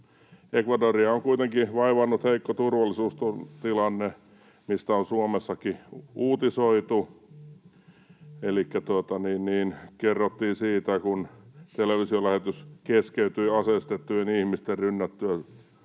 Ecuadoria on kuitenkin vaivannut heikko turvallisuustilanne, mistä on Suomessakin uutisoitu. Elikkä kerrottiin siitä, kun televisiolähetys keskeytyi aseistettujen ihmisten rynnättyä